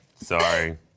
Sorry